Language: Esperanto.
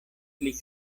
pli